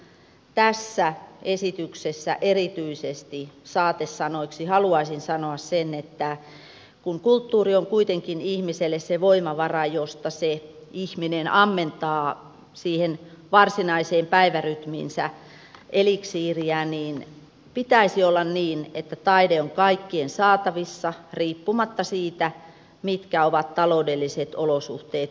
siksi tässä esityksessä erityisesti saatesanoiksi haluaisin sanoa sen että kun kulttuuri on kuitenkin ihmiselle se voimavara josta ihminen ammentaa varsinaiseen päivärytmiinsä eliksiiriä niin pitäisi olla niin että taide on kaikkien saatavissa riippumatta siitä mitkä ovat taloudelliset olosuhteet kullakin ihmisellä